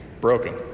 broken